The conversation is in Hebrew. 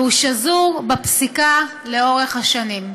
והוא שזור בפסיקה לאורך השנים.